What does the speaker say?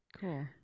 cool